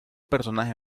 personaje